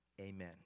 Amen